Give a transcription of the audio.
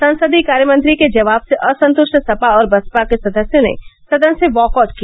संसदीय कार्यमंत्री के जवाब से असंतुट सपा और बसपा के सदस्यों ने सदन से वॉक आउट किया